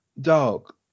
dog